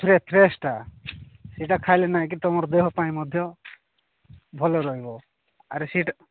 ଫ୍ରେେଶଟା ସେଇଟା ଖାଇଲେ ନାାଇଁ କି ତୁମର ଦେହ ପାଇଁ ମଧ୍ୟ ଭଲ ରହିବ ଆରେ ସେଇଟା